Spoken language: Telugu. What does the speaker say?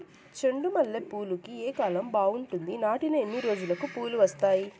చెండు మల్లె పూలుకి ఏ కాలం బావుంటుంది? నాటిన ఎన్ని రోజులకు పూలు వస్తాయి?